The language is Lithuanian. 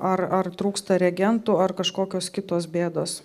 ar ar trūksta reagentų ar kažkokios kitos bėdos